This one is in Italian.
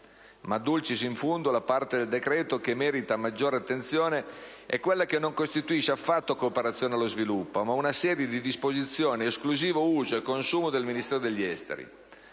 *Dulcis in fundo*, la parte del decreto che merita maggiore attenzione è quella che non costituisce affatto cooperazione allo sviluppo, ma una serie di disposizioni a esclusivo uso e consumo del Ministero degli affari